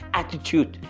attitude